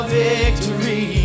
victory